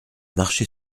marché